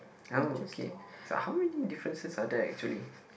oh okay so how many differences are there actually